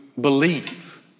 believe